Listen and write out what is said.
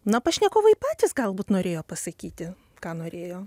na pašnekovai patys galbūt norėjo pasakyti ką norėjo